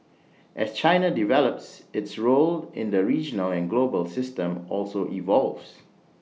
as China develops its role in the regional and global system also evolves